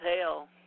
hell